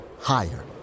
higher